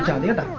on the other